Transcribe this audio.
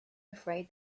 afraid